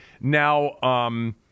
Now –